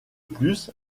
plus